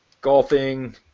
golfing